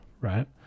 right